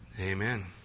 Amen